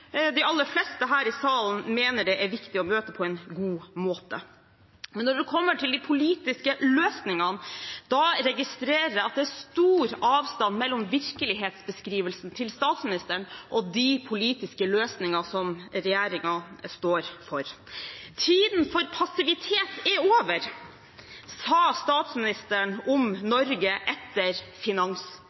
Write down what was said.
de aller fleste her i salen mener det er viktig å møte på en god måte. Men når det kommer til de politiske løsningene, registrerer jeg at det er stor avstand mellom virkelighetsbeskrivelsen til statsministeren og de politiske løsningene som regjeringen står for. Tiden for passivitet er over, sa statsministeren om Norge etter